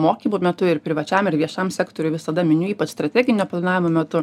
mokymų metu ir privačiam ir viešam sektoriui visada miniu ypač strateginio planavimo metu